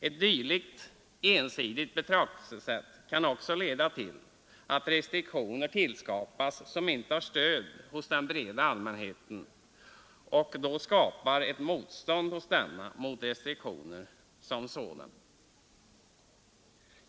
Ett dylikt ensidigt betraktelsesätt kan också leda till att restriktioner införs som inte har stöd hos den breda allmänheten och då skapar ett motstånd hos denna allmänhet mot restriktioner som sådana.